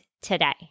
today